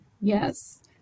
yes